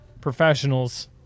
professionals